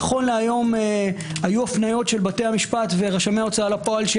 נכון להיום היו הפניות של בתי המשפט ורשמי הוצאה לפועל,